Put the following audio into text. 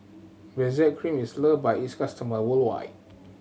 Benzac Cream is loved by its customers worldwide